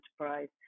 enterprise